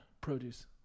Produce